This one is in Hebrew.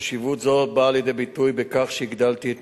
חשיבות זו באה לידי ביטוי בכך שהגדלתי את